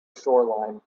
shoreline